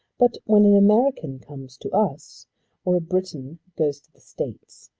but when an american comes to us or a briton goes to the states,